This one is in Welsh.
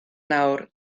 nawr